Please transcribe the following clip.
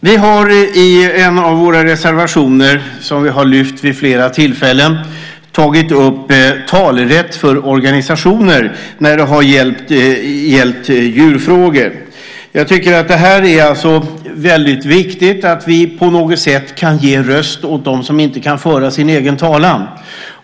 Vi har i en av våra reservationer, som vi har lyft upp vid flera tillfällen, tagit upp talerätt för organisationer när det har gällt djurfrågor. Det är väldigt viktigt att vi kan ge röst åt dem som inte kan föra sin egen talan.